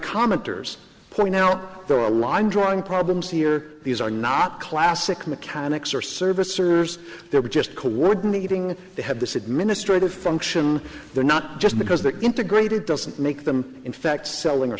commenters point now there are a line drawing problems here these are not classic mechanics or servicers they were just coordinating they have this administrative function they're not just because they're integrated doesn't make them in fact selling or